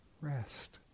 rest